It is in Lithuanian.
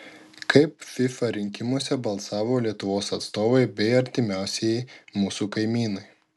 kaip fifa rinkimuose balsavo lietuvos atstovai bei artimiausieji mūsų kaimynai